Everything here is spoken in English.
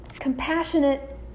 compassionate